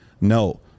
No